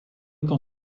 qu’en